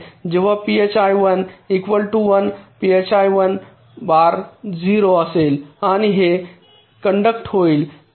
तर जेव्हा phi 1 equal to 1 phi 1 bar 0 असेल आणि हे असे कॅनडाकट होईल